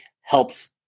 helps